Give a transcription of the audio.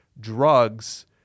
drugs